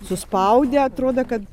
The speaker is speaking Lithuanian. suspaudė atrodo kad